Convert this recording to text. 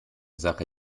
sache